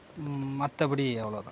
மற்றபடி அவ்வளோ தான்